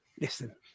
listen